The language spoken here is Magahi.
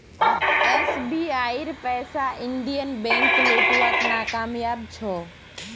एसबीआईर पैसा इंडियन बैंक लौटव्वात नाकामयाब छ